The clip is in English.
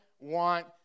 want